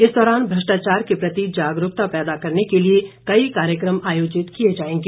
इस दौरान भ्रष्टाचार के प्रति जागरूकता पैदा करने के लिए कई कार्यक्रम आयोजित किए जाएंगे